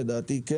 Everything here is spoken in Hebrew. לדעתי כן.